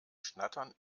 schnattern